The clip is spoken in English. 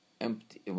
empty